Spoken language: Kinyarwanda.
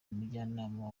umujyanama